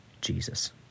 jesus